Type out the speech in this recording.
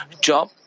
Job